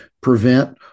prevent